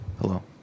Hello